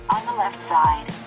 on the left side.